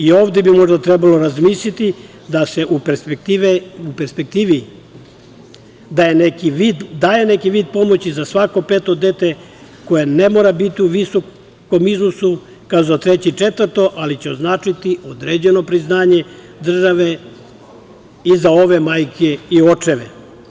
I ovde bi možda trebalo razmisliti da se u perspektivi daje neki vid pomoći za svako peto dete, koje ne mora biti u visokom iznosu kao za treće i četvrto, ali će značiti određeno priznanje države i za ove majke i očeve.